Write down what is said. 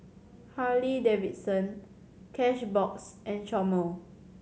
Harley Davidson Cashbox and Chomel